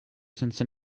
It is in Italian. senza